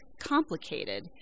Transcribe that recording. complicated